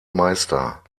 meister